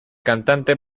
cantante